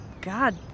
God